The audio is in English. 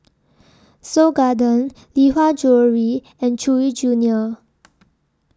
Seoul Garden Lee Hwa Jewellery and Chewy Junior